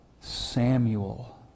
Samuel